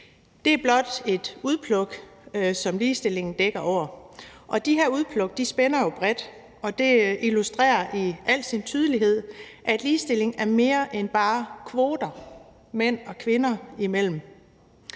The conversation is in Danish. Det er blot et udpluk, som ligestillingen dækker over. De her udpluk spænder jo bredt, og det illustrerer i al sin tydelighed, at ligestilling er mere end bare kvoter mænd og kvinder imellem.